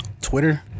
Twitter